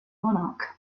monarch